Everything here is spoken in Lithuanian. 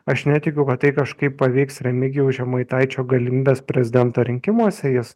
aš netikiu kad tai kažkaip paveiks remigijaus žemaitaičio galimybes prezidento rinkimuose jis